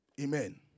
Amen